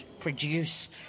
produce